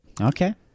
Okay